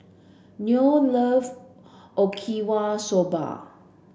Noe love Okinawa Soba